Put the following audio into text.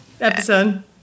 Episode